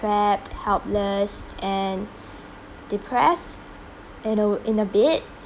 trapped helpless and depressed you know in a bit